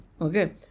Okay